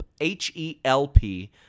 H-E-L-P